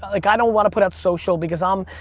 like i don't want to put out social because i'm,